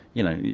you know,